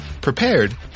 prepared